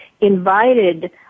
invited